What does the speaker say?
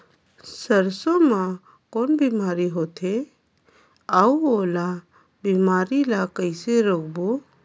सरसो मा कौन बीमारी होथे अउ ओला बीमारी ला कइसे रोकबो?